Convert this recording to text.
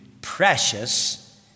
Precious